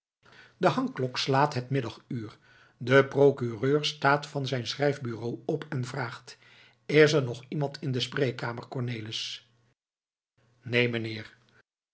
de hangklok slaat het middaguur de procureur staat van zijn schrijfbureau op en vraagt is er nog iemand in de spreekkamer cornelis neen